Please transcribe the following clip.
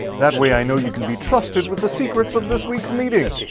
that way i know you can be trusted with the secrets of this week's meeting.